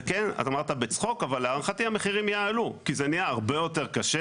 אתה אמרת בצחוק אבל להערכתי המחירים יעלו כי זה נהיה הרבה יותר קשה